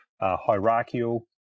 hierarchical